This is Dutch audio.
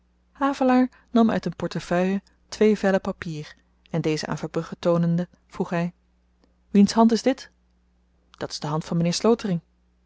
havelaar nam uit een portefeuille twee vellen papier en deze aan verbrugge tonende vroeg hy wiens hand is dit dat is de hand van m'nheer slotering